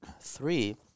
three